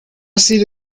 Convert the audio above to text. sido